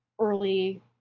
early